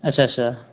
अच्छा अच्छा